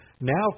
Now